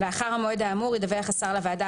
לאחר המועד האמור ידווח השר לוועדה,